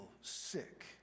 sick